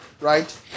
right